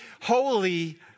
Holy